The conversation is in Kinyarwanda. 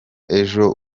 ejo